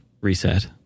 reset